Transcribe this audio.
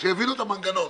אז שיבינו את המנגנון.